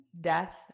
death